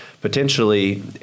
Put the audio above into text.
potentially